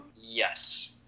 Yes